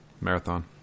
Marathon